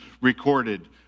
recorded